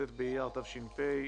י"ט באייר התש"ף,